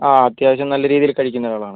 ആ അത്യാവശ്യം നല്ല രീതിയിൽ കഴിക്കുന്ന ആളാണ്